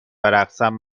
برقصم